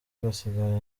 agasigarana